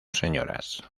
señoras